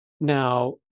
Now